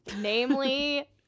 namely